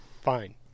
fine